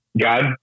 God